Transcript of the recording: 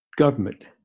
Government